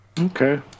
Okay